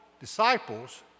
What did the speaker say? disciples